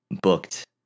booked